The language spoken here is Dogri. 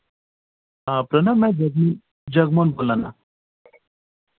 हां प्रणव में जगमोहन बोल्ला ना